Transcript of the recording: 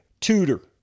Tutor